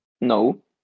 No